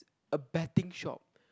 a betting shop